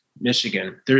Michigan